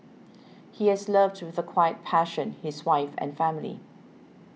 he has loved with a quiet passion his wife and family